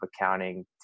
accounting